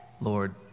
Lord